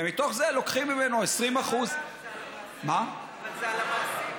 ומתוך זה לוקחים ממנו 20%. אבל זה על המעסיק.